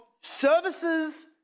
services